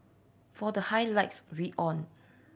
for the highlights read on